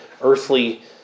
earthly